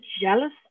jealous